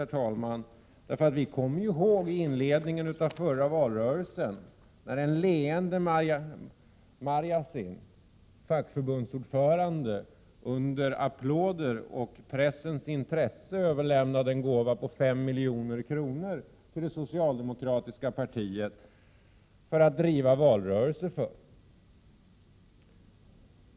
Vi kommer ju ihåg inledningen till förra valrörelsen, när en leende Sigvard Marjasin, fackförbundsordförande, under applåder och pressens intresse överlämnade en gåva på 5 milj.kr. till det socialdemokratiska partiet att driva valrörelse för.